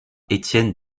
étienne